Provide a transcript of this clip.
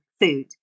food